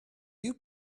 you